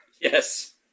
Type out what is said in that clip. Yes